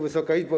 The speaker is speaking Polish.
Wysoka Izbo!